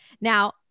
Now